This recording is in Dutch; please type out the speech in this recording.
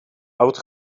oud